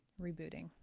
rebooting